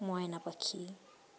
ময়না পাখি